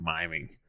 miming